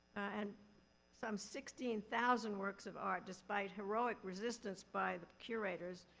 and some sixteen thousand works of art, despite heroic resistance by the curators,